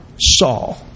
Saul